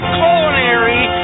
culinary